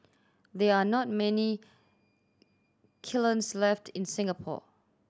there are not many kilns left in Singapore